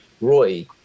Roy